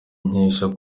nkesha